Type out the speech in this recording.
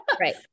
Right